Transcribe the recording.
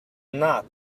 not